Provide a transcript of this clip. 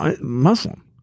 Muslim